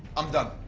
i'm done.